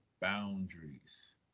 boundaries